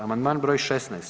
Amandman br. 16.